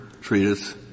treatise